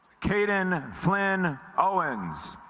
kayden flynn owens